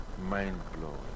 Mind-blowing